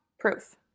proof